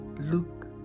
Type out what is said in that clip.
look